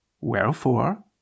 Wherefore